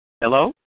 Hello